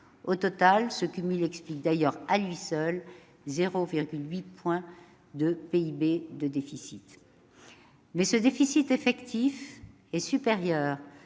Au total, ce cumul explique d'ailleurs à lui seul 0,8 point de PIB de déficit. Toutefois, ce déficit effectif est supérieur